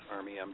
Army